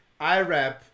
IRAP